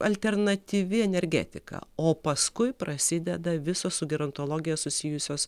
alternatyvi energetika o paskui prasideda visos su gerontologija susijusios